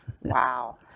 Wow